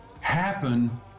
happen